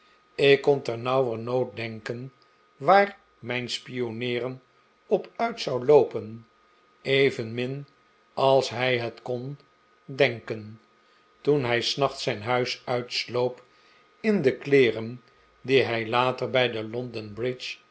ik kon ternauwernood denken waar mijn spionneeren op uit zou loopen evenmin als hij het kon denken toen hij f s nachts zijn huis uitsloop in de kleeren die hij later bij de